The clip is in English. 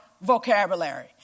vocabulary